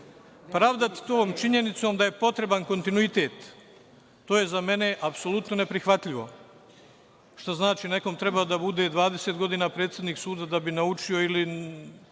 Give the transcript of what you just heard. Pravdati to činjenicom da je potreban kontinuitet, to je za mene apsolutno neprihvatljivo, što znači nekom treba da bude 20 godina da bude predsednik suda da bi naučio, ili